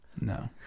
no